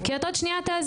כי את עוד שנייה תעזבי.